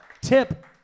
Tip